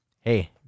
hey